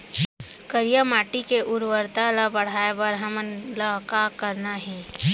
करिया माटी के उर्वरता ला बढ़ाए बर हमन ला का करना हे?